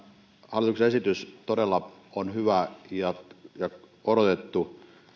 hallituksen esitys todella on hyvä ja odotettu